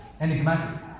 enigmatic